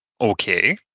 Okay